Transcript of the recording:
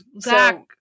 Zach